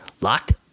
locked